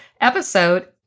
episode